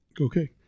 okay